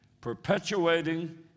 Perpetuating